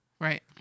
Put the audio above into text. Right